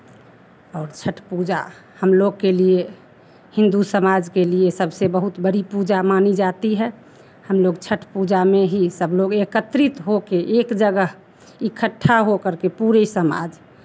और छठ पूजा हम लोग के लिए हिन्दू समाज के लिए सबसे बहुत बड़ी पूजा मानी जाती है हम लोग छठ पूजा में ही सब लोग एकत्रित होके एक जगह इकट्ठा होकर के पूरे समाज